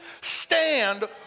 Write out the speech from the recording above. stand